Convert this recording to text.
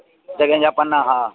जेके हिन जा पन्ना हा